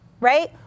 right